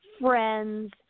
friends